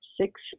six